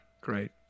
great